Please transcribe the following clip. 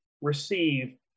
receive